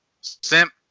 Simp